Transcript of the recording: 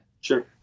Sure